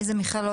לאיזה מכללות,